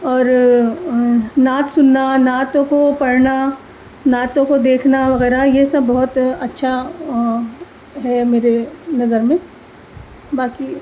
اور نعت سننا نعتوں کو پڑھنا نعتوں کو دیکھنا وغیرہ یہ سب بہت اچھا ہے میرے نظر میں باقی